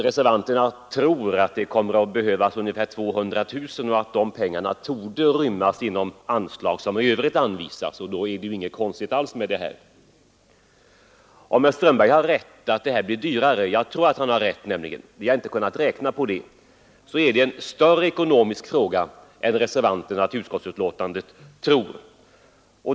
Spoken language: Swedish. Reservanterna tror att det kommer att behövas ungefär 200 000 kronor och att de pengarna torde rymmas inom anslag som i övrigt anvisas. Om herr Strömberg har rätt i att det blir dyrare — och jag tror att han har rätt men vi har inte kunnat räkna på detta — är det en större ekonomisk fråga än reservanterna vid betänkandet tror.